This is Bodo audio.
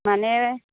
माने